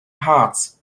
harz